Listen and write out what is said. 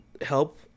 help